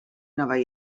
nova